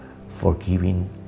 forgiving